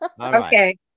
Okay